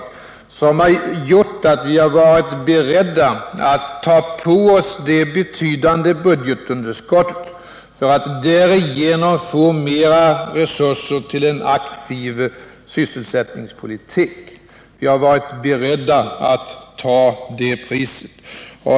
Det är det ansvaret som har gjort att vi har varit beredda att ta på oss ett betydande budgetunderskott — för att därigenom få mer resurser till en aktiv sysselsättningspolitik. Vi har varit beredda att betala det priset.